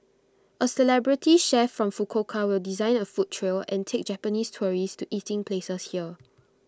A celebrity chef from Fukuoka design A food trail and take Japanese tourists to eating places here